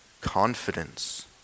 confidence